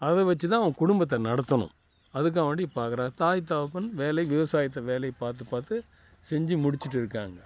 அதை வச்சுதான் அவன் குடும்பத்தை நடத்தணும் அதுக்காகவேண்டி பார்க்குறேன் தாய் தகப்பன் வேலை விவசாயத்தை வேலை பார்த்து பார்த்து செஞ்சு முடிச்சிட்டு இருக்காங்க